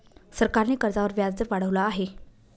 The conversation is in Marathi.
सरकारने कर्जावर व्याजदर वाढवला आहे